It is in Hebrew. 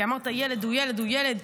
כי אמרת: ילד הוא ילד הוא ילד,